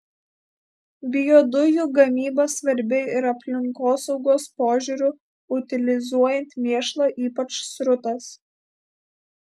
biodujų gamyba svarbi ir aplinkosaugos požiūriu utilizuojant mėšlą ypač srutas